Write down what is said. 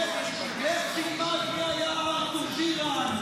לך תלמד מי היה ארתור בירן.